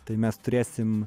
tai mes turėsim